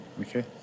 Okay